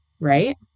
right